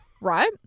right